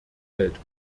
welt